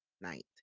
night